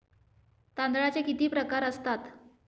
तांदळाचे किती प्रकार असतात?